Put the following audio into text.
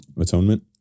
Atonement